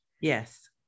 Yes